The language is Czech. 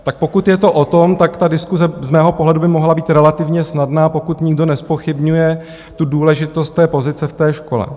Tak pokud je to o tom, tak ta diskuse z mého pohledu by mohla být relativně snadná, pokud nikdo nezpochybňuje důležitost té pozice ve škole.